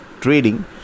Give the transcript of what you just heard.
trading